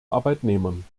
arbeitnehmern